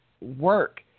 work